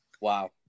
Wow